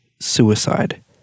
suicide